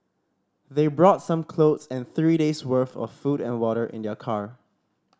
they brought some clothes and three days' worth of food and water in their car